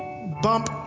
bump